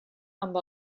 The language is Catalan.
amb